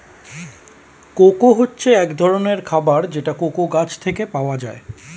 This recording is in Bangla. কোকো হচ্ছে এক ধরনের খাবার যেটা কোকো গাছ থেকে পাওয়া যায়